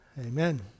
Amen